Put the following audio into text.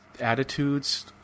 attitudes